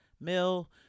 mill